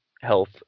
health